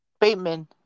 Bateman